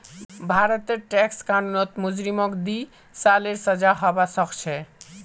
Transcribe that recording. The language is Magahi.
भारतेर टैक्स कानूनत मुजरिमक दी सालेर सजा हबा सखछे